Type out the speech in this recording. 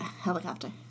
helicopter